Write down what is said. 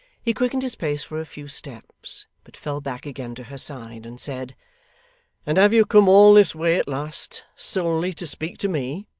he quickened his pace for a few steps, but fell back again to her side, and said and have you come all this way at last, solely to speak to me